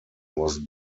was